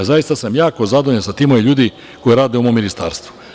Zaista sam jako zadovoljan sa timom ljudi koji rade u mom Ministarstvu.